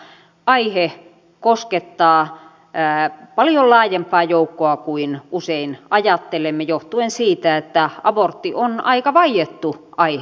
toden totta aihe koskettaa paljon laajempaa joukkoa kuin usein ajattelemme johtuen siitä että abortti on aika vaiettu aihe